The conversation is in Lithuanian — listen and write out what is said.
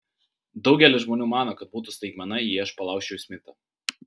daugelis žmonių mano kad būtų staigmena jei aš palaužčiau smithą